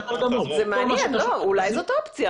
זה מעניין, אולי זאת אופציה.